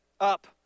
up